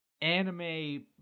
anime-